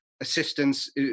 assistance